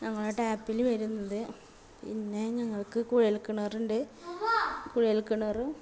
ഞങ്ങളെ ടാപ്പിൽ വരുന്നത് പിന്നെ ഞങ്ങൾക്ക് കുഴൽക്കിണറുണ്ട് കുഴൽക്കിണറും